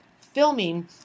filming